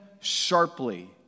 sharply